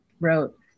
wrote